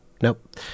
nope